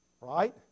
right